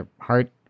heart